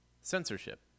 censorship